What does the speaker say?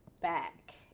back